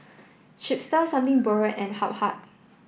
Chipster Something Borrowed and Habhal